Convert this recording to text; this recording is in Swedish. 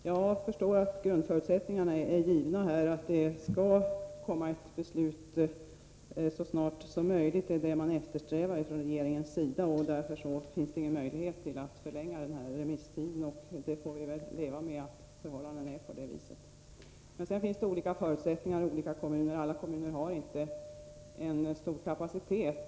Efter förslag av ett enigt utbildningsutskott tillstyrkte riksdagen den 20 april 1983 en motion av Kerstin Göthberg och Larz Johansson och gav regeringen till känna att specialskolans ansvar för klädinköp åt eleverna skulle upphöra och att barnbidragen i stället skulle utbetalas till föräldrarna, eftersom förhållandena förändrats avsevärt. Enligt uppgift från specialskolorna har ännu inget sådant förslag kommit.